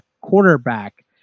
quarterback